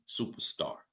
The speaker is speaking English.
superstar